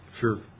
Sure